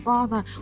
Father